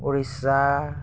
Odisha